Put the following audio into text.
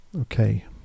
Okay